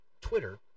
Twitter